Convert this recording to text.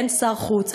אין שר חוץ,